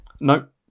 Nope